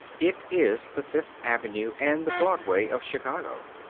it is the fifth avenue and the broadway of chicago.